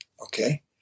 Okay